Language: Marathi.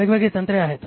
वेगवेगळी तंत्रे आहेत